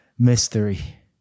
mystery